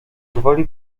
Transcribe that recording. gwoli